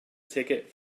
ticket